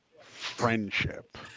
friendship